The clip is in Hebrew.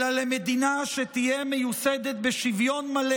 אלא למדינה שתהא מיוסדת בשוויון מלא